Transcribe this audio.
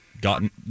gotten